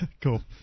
Cool